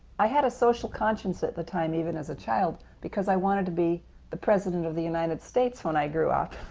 i had a social conscience at the time, even as a child, because i wanted to be the president of the united states when i grew up.